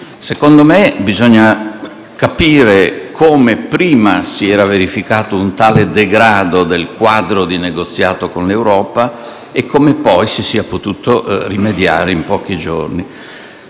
Secondo me, bisogna capire come prima si sia verificato un tale degrado del quadro di negoziato con l'Europa e come poi si sia potuto rimediare in pochi giorni.